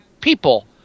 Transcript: people